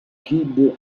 kid